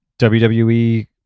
WWE